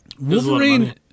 Wolverine